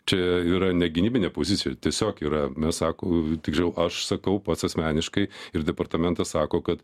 čia yra ne gynybinė pozicija tiesiog yra mes sako tiksliau aš sakau pats asmeniškai ir departamentas sako kad